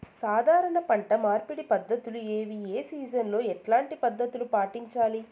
సాధారణ పంట మార్పిడి పద్ధతులు ఏవి? ఏ సీజన్ లో ఎట్లాంటి పద్ధతులు పాటించాలి?